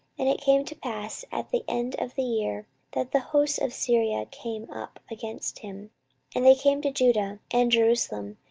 and it came to pass at the end of the year, that the host of syria came up against him and they came to judah and jerusalem,